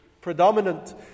predominant